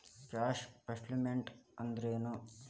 Cash flow statement ಅಂದ್ರೇನು?